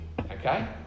okay